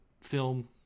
film